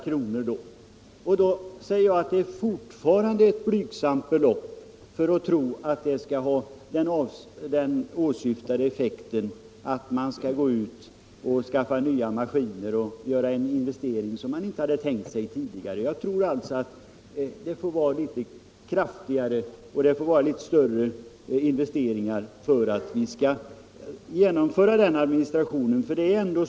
Det är dock fortfarande ett alltför blygsamt belopp för att det skall kunna ha den åsyftade effekten, nämligen att någon investerar i maskiner på ett sätt som vederbörande inte tänkt sig tidigare. Jag anser att det bör vara större investeringar för att vi skall tillskapa den erforderliga administrationen.